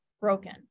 broken